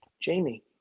Jamie